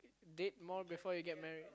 date more before you get married